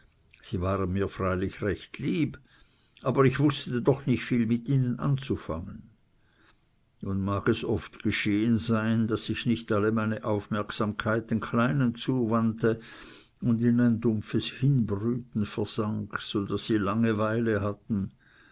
sie waren mir freilich recht lieb aber ich wußte nicht viel mit ihnen anzufangen nun mag es oft geschehen sein daß ich nicht alle meine aufmerksamkeit den kleinen zuwandte und in ein dumpfes hinbrüten versank so daß sie langeweile hatten